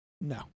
No